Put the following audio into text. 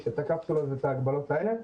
יש את עניין הקפסולות וההגבלות האלה.